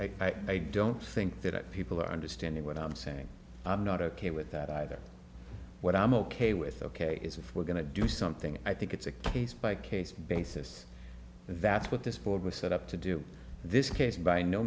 i don't think that people are understanding what i'm saying i'm not ok with that either what i'm ok with ok is if we're going to do something i think it's a case by case basis that's what this board was set up to do this case by no